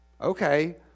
Okay